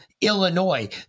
Illinois